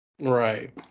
Right